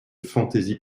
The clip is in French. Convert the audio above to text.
fantaisie